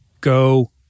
Go